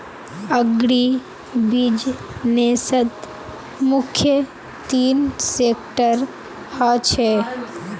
अग्रीबिज़नेसत मुख्य तीन सेक्टर ह छे